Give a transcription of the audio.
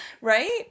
Right